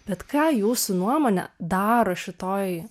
bet ką jūsų nuomone daro šitoj